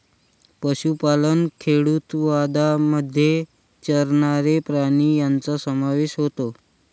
पशुपालन खेडूतवादामध्ये चरणारे प्राणी यांचा समावेश होतो